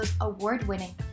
award-winning